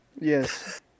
Yes